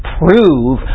prove